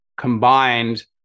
combined